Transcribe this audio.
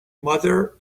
mother